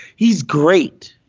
he's great.